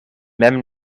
mem